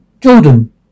Jordan